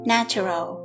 Natural